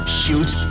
shoot